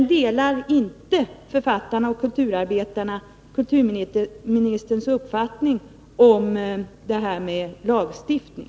F. ö. delar inte författarna och kulturarbetarna kulturministerns uppfattning om en lagstiftning.